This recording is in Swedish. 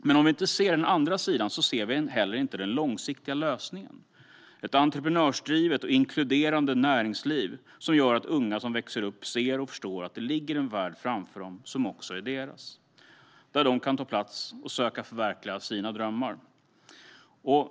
Men om vi inte ser den andra sidan ser vi heller inte den långsiktiga lösningen: ett entreprenörsdrivet och inkluderande näringsliv, som gör att unga som växer upp ser och förstår att det ligger en värld framför dem som också är deras, där de kan ta plats och söka förverkliga sina drömmar.